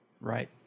Right